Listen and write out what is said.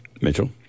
Mitchell